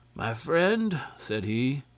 my friend, said he,